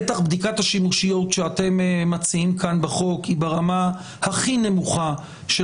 בטח בדיקת השימושיות שאתם מציעים כאן בחוק היא ברמה הכי נמוכה של